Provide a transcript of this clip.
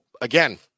again